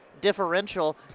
differential